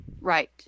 Right